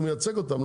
הוא מייצג אותם,